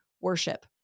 worship